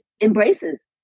embraces